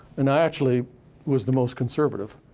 and i actually was the most conservative.